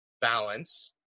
balance